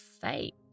fake